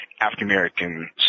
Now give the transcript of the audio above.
African-American